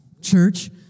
church